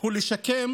היא לשקם